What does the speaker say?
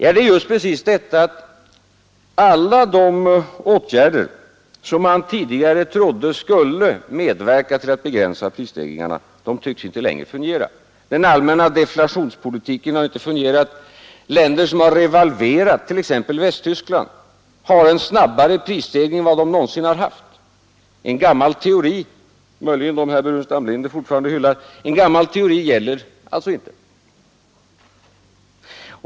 Jo, det är just precis detta att alla de åtgärder som man tidigare trodde skulle medverka till att begränsa prisstegringarna inte längre tycks fungera. Den allmänna deflationspolitiken har inte fungerat. Länder som revalverat, t.ex. Västtyskland, har en snabbare prisstegring än vad de någonsin haft. En gammal teori — som möjligen herr Burenstam Linder fortfarande hyllar — gäller alltså inte.